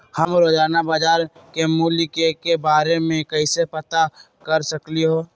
हम रोजाना बाजार के मूल्य के के बारे में कैसे पता कर सकली ह?